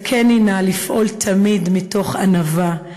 זכני נא לפעול תמיד מתוך ענווה,